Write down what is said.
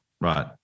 Right